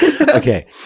Okay